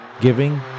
giving